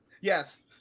Yes